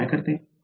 तर ते काय करते